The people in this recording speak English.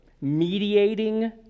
mediating